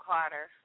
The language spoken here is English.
Carter